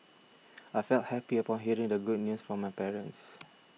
I felt happy upon hearing the good news from my parents